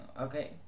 okay